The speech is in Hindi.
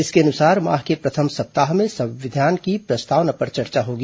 इसके अनुसार माह के प्रथम सप्ताह में संविधान की प्रस्तावना पर चर्चा होगी